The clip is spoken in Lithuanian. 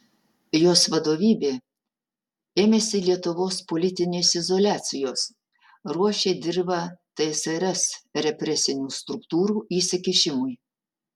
jos vadovybė ėmėsi lietuvos politinės izoliacijos ruošė dirvą tsrs represinių struktūrų įsikišimui